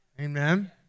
Amen